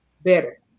better